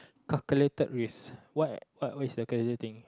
calculated risk what what is calculated thing